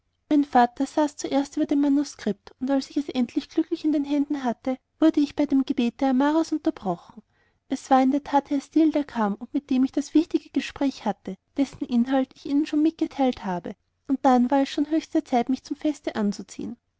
mein vater saß zuerst über dem manuskript und als ich es endlich glücklich in meinen händen hatte wurde ich bei dem gebete amaras unterbrochen es war in der tat herr steel der kam und mit dem ich das wichtige gespräch hatte dessen inhalt ich ihnen schon mitgeteilt habe und dann war es schon die höchste zeit mich zum feste anzuziehen